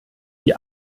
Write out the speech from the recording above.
die